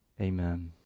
Amen